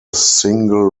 single